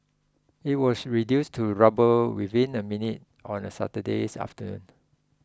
it was reduced to rubble within a minute on a Saturdays afternoon